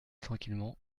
tranquillement